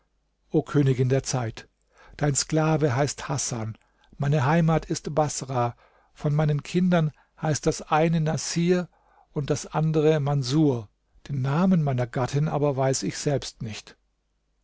o königin der zeit dein sklave heißt hasan meine heimat ist baßrah von meinen kindern heißt das eine naßir und das andere manßur den namen meiner gattin aber weiß ich selbst nicht